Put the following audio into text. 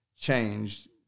changed